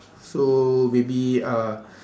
so maybe uh